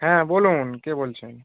হ্যাঁ বলুন কে বলছেন